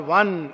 one